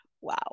Wow